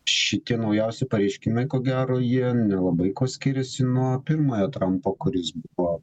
šitie naujausi pareiškimai ko gero jie nelabai kuo skiriasi nuo pirmojo trampo kuris buvo